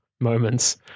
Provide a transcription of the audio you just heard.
moments